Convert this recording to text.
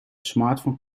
smartphone